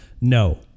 No